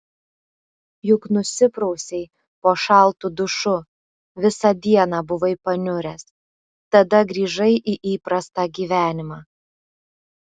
juk nusiprausei po šaltu dušu visą dieną buvai paniuręs tada grįžai į įprastą gyvenimą